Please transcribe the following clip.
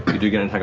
you do get an